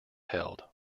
held